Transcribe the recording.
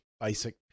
basic